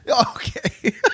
Okay